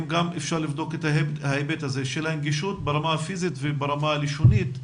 אם גם אפשר לבדוק את ההיבט הזה של הנגישות ברמה הפיזית וברמה הלשונית.